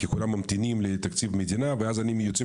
כי כולם ממתינים לתקציב מדינה ואז אם אנחנו יוצאים